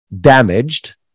damaged